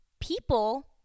people